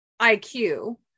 IQ